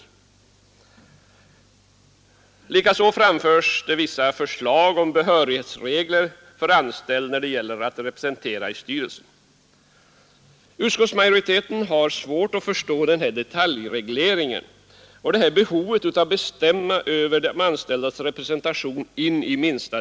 Likaså framförs förslag om behörighetsregler för anställd när det gäller att representera i styrelsen. Utskottsmajoriteten har svårt att förstå detta behov av att in i minsta detalj bestämma över de anställdas representation.